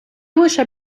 лише